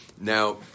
Now